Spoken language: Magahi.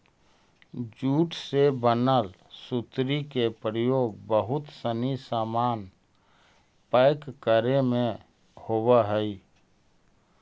जूट से बनल सुतरी के प्रयोग बहुत सनी सामान पैक करे में होवऽ हइ